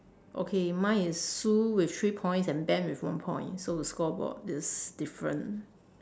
okay mine is sue with three points and ben with one point so the scoreboard is different